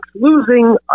losing